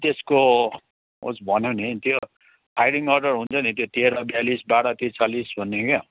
त्यसको ऊ भन्यौ नि त्यो फाइरिङ अर्डर हुन्छ नि त्यो तेह्र बयालिस बाह्र त्रिचालिस भन्ने क्या